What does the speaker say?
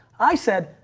i said,